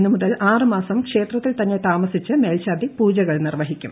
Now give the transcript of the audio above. ഇന്നുമുതൽ ആറുമാസം ക്ഷേത്രത്തിൽ തന്നെ താമസിച്ച് മേൽശാന്തി പൂജകൾ നിർവഹിക്കും